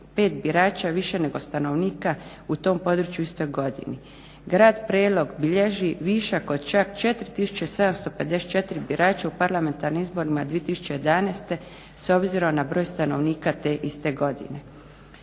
birača više nego stanovnika u tom području u istoj godini. Grad Prelog bilježi višak od čak 4754 birača u parlamentarnim izborima 2011. s obzirom na broj stanovnika te iste godine.